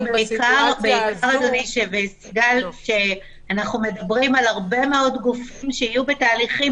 ובעיקר שאנחנו מדברים על הרבה מאוד גופים שיהיו בתהליכים